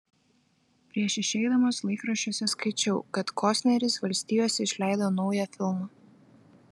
prieš išeidamas laikraščiuose skaičiau kad kostneris valstijose išleido naują filmą